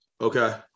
Okay